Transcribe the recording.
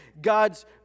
God's